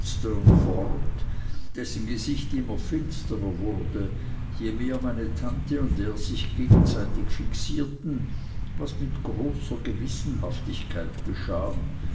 fort dessen gesicht immer finsterer wurde je mehr meine tante und er sich gegenseitig fixierten was mit großer gewissenhaftigkeit geschah